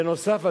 בנוסף,